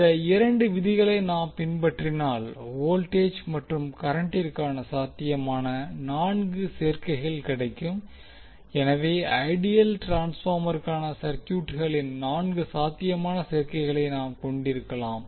இந்த இரண்டு விதிகளை நாம் பின்பற்றினால் வோல்டேஜ் மற்றும் கரண்டிற்கான சாத்தியமான நான்கு சேர்க்கைகள் கிடைக்கும் எனவே ஐடியல் ட்ரான்ஸ்பார்மருக்கான சர்க்யூட்களின் நான்கு சாத்தியமான சேர்க்கைகளை நாம் கொண்டிருக்கலாம்